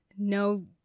no